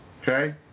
Okay